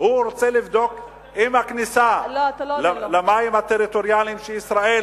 הוא רוצה לבדוק אם הכניסה למים הטריטוריאליים של ישראל